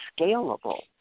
scalable